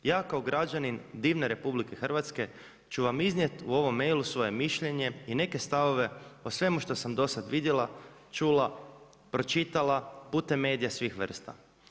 Ja kao građanin divne Republike Hrvatske ću vam iznijeti u ovom mailu svoje mišljenje i neke stavove o svemu što sam dosad vidjela, čula, pročitala putem medija svih vrsta.